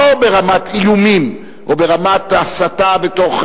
לא ברמת איומים או ברמת הסתה בתוך